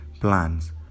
plans